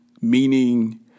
meaning